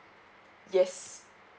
yes